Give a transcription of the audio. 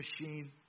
machine